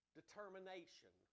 determination